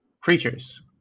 creatures